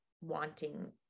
wanting